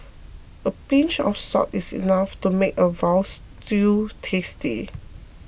a pinch of salt is enough to make a Veal Stew tasty